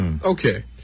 Okay